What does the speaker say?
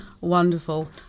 Wonderful